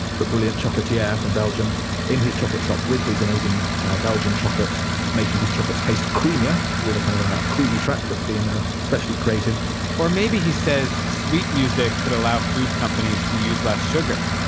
but brilliant chocolatier from belgium in his chocolate shop with his amazing belgian chocolates making his chocolates taste creamier with a kind of ah creamy track that's been ah specially created or maybe, he says, sweet music could allow food companies to use less sugar.